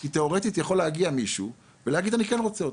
כי תאורטית יכול להגיע מישהו ולהגיד שאני כן רוצה אותו,